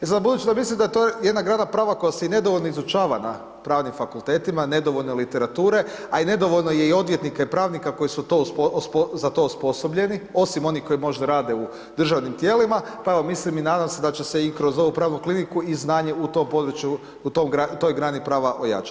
E sad budući da mislim da je to jedna grana prava koja se i nedovoljno izučava na pravnim fakultetima, nedovoljno literature, a i nedovoljno je i odvjetnika i pravnika koji su za to osposobljeni, osim onih koji možda rade u državnim tijelima, pa evo mislim i nadam se da će se i kroz ovu pravnu kliniku i znanje u tom području, u toj grani prava ojačati.